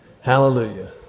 Hallelujah